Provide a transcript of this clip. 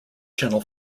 channel